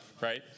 right